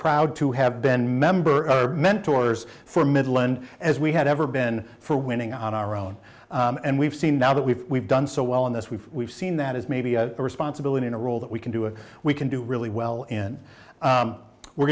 proud to have been member of mentors for midland as we had ever been for winning on our own and we've seen now that we've we've done so well in this we've we've seen that is maybe a responsibility in a role that we can do and we can do really well in we're